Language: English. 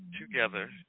together